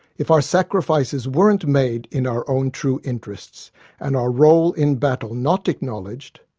if our sacrifices weren't made in our own true interests and our role in battle not acknowledged,